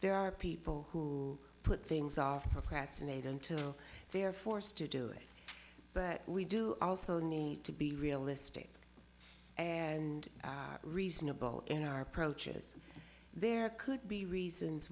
there are people who put things off the press and made until they're forced to do it but we do also need to be realistic and reasonable in our approaches there could be reasons